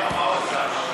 למה, מה הוא עשה?